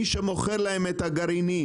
מי שמוכר להם את הגרעינים,